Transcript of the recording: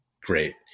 great